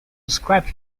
described